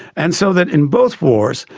and so that in both wars,